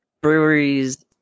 breweries